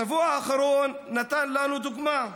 השבוע האחרון נתן לנו דוגמה,